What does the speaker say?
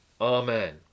Amen